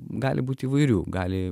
gali būti įvairių gali